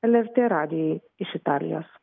lrt radijui iš italijos